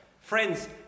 Friends